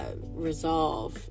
resolve